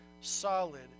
solid